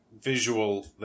visual